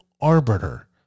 Arbiter